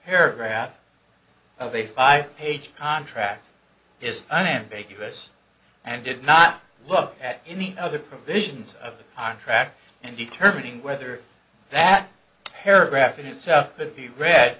paragraph of a five page contract is unambiguous and did not look at any other provisions of the contract and determining whether that paragraph in itself could be read